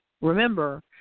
Remember